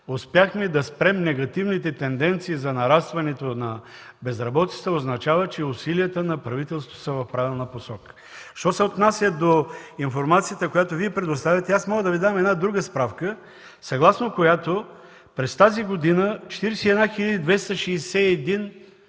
успяхме да спрем негативните тенденции за нарастването на безработицата, означава, че усилията на правителството са в правилна посока. Що се отнася до информацията, която Вие предоставяте, мога да Ви дам една друга справка, съгласно която през тази година 41 261